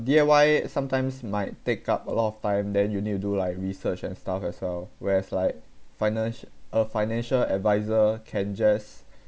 D_I_Y sometimes might take up a lot of time then you need to do like research and stuff as well whereas like financ~ a financial advisor can just